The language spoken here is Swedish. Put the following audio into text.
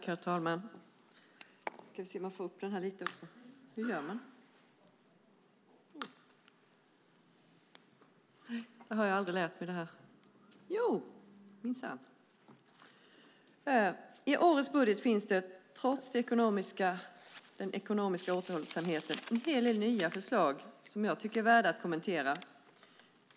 Herr talman! I årets budget finns, trots den ekonomiska återhållsamheten, en hel del nya förslag som jag tycker är värda att kommentera.